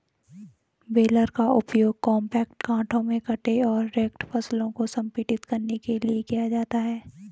baler का उपयोग compact गांठों में कटे और रेक्ड फसल को संपीड़ित करने के लिए किया जाता है